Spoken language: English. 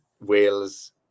Wales